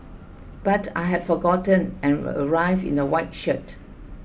but I had forgotten and arrived in a white shirt